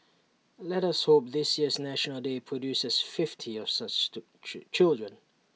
let us hope this year's National Day produces fifty of such children